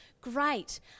Great